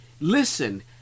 Listen